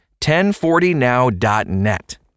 1040now.net